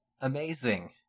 amazing